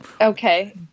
Okay